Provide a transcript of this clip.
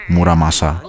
Muramasa